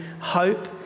hope